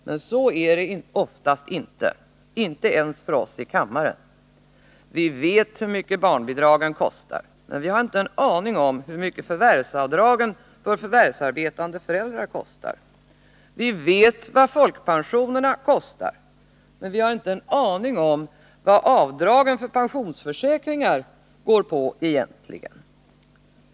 Men så är det oftast inte, inte ens för oss i kammaren. Vi vet hur mycket barnbidragen kostar, men vi har inte en aning om hur mycket förvärvsavdragen för förvärvsarbetande föräldrar kostar. Vi vet vad folkpensionerna kostar, men vi har inte en aning om vad avdragen för pensionsförsäkringar egentligen går på.